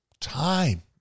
time